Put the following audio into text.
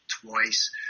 twice